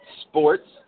sports